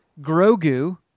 Grogu